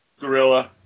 Gorilla